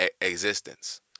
existence